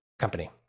company